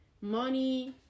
money